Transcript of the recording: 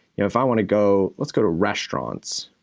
if i wanna go. let's go to restaurants.